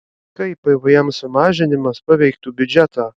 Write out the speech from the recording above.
kaip pvm sumažinimas paveiktų biudžetą